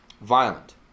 violent